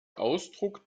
ausdruck